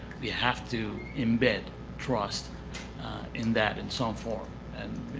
we have to embed trust in that in some form. and